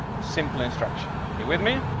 simple instruction. you with me?